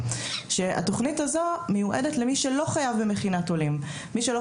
אנחנו מסייעים גם